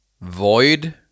Void